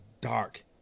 dark